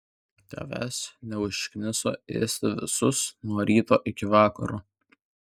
tavęs neužkniso ėsti visus nuo ryto iki vakaro